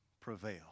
prevail